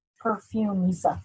Perfumes